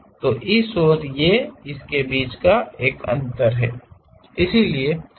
तो इस और ये इस के बीच का एक अंतर है